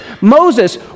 Moses